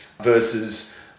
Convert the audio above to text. versus